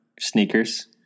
Sneakers